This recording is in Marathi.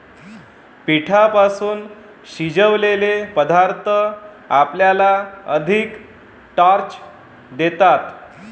पिठापासून शिजवलेले पदार्थ आपल्याला अधिक स्टार्च देतात